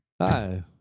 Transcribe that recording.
Hi